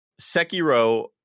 Sekiro